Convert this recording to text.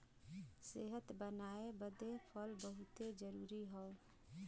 सेहत बनाए बदे फल बहुते जरूरी हौ